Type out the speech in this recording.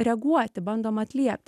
reaguoti bandom atliept